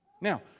Now